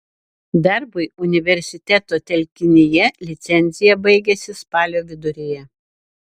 darbui universiteto telkinyje licencija baigiasi spalio viduryje